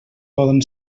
poden